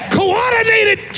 coordinated